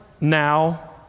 Now